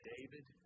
David